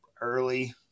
early